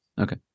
Okay